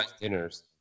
dinners